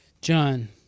John